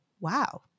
wow